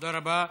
תודה רבה.